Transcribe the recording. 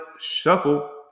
Shuffle